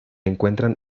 encuentran